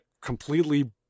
completely